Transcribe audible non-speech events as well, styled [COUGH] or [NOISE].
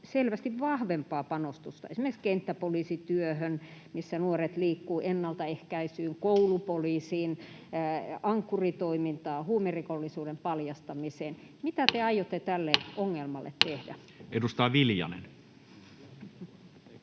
selvästi vahvempaa panostusta esimerkiksi poliisityöhön kentällä, missä nuoret liikkuvat, ennaltaehkäisyyn, koulupoliisiin, Ankkuri-toimintaan ja huumerikollisuuden paljastamiseen. [NOISE] Mitä te aiotte tälle ongelmalle tehdä? [Speech